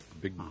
big